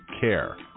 Care